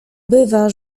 bywa